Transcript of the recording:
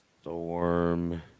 Storm